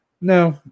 No